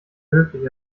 höflich